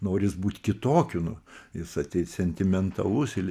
noris būt kitokiu nu jis ateis sentimentalus ir